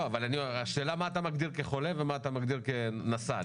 השאלה היא מה מוגדר "חולה" ומה מוגדר "נשא".